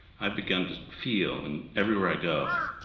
i've begun to feel, and everywhere i go,